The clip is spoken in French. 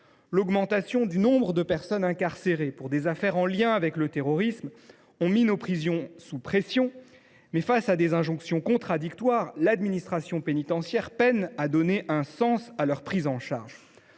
L’augmentation du nombre de personnes incarcérées pour des affaires en lien avec le terrorisme a mis les prisons sous pression. Toutefois, face à des injonctions contradictoires, l’administration pénitentiaire peine à donner un sens à leur prise en charge.